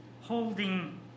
holding